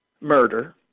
murder